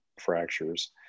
fractures